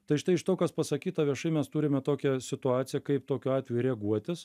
tai štai iš to kas pasakyta viešai mes turime tokią situaciją kaip tokiu atveju reaguotis